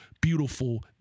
beautiful